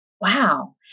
Wow